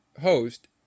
host